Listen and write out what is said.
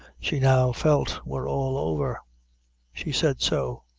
she now felt were all over she said so